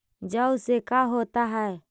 जौ से का होता है?